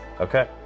Okay